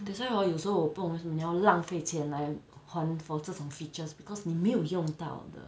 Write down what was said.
that's why hor 有时候我不懂你为什么要浪费钱来还 for 这种 features because 你没有用到的